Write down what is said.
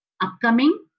upcoming